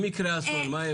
אם יקרה אסון, מה?